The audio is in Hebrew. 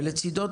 ולצד זה,